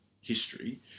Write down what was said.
history